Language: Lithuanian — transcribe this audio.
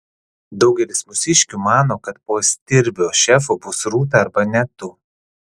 daugelis mūsiškių mano kad po stirbio šefu bus rūta arba net tu